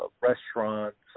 restaurants